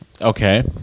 Okay